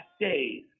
days